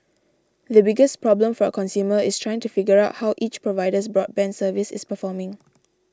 the biggest problem for a consumer is trying to figure out how each provider's broadband service is performing